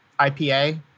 IPA